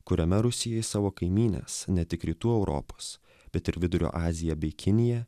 kuriame rusija į savo kaimynes ne tik rytų europos bet ir vidurio aziją bei kiniją